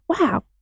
wow